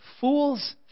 fools